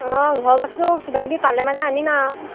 অঁ ঘৰৰ বস্তু কিবা কিবি পালে মানে আনিম আৰু